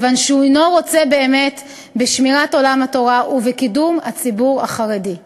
כיוון שהוא אינו רוצה באמת בשמירת עולם התורה ובקידום הציבור החרדי.